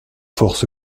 force